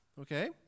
Okay